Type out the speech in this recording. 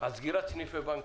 על סגירת סניפי בנק